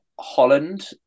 holland